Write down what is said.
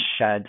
shed